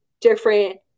different